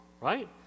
right